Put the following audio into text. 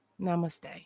Namaste